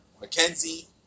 Mackenzie